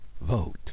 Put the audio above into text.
Vote